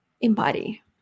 embody